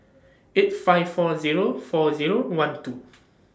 eight five four Zero four Zero one two